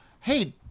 hey